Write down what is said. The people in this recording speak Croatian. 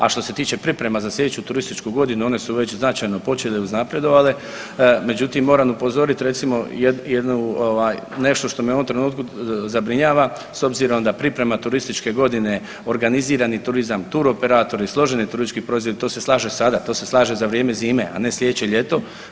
A što se tiče priprema za slijedeću turističku godinu one su već značajno počele, uznapredovale, međutim moram upozorit recimo jednu, jednu ovaj nešto što me u ovom trenutku zabrinjava s obzirom da priprema turističke godine, organizirani turizam, turoperatori, složeni turistički …/nerazumljivo/… to se slaže sada, to se slaže za vrijeme zime, a ne slijedeće ljeto.